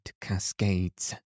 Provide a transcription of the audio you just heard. cascades